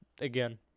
again